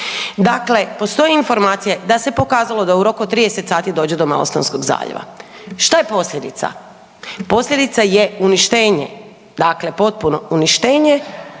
Dakle, postoji informacija da se pokazalo da u roku od 30 sati dođe do Malostonskog zaljeva. Šta je posljedica? Posljedica je uništenje, dakle potpuno uništenje